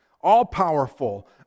all-powerful